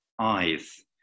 eyes